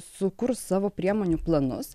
sukurs savo priemonių planus